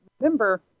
remember